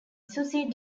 susie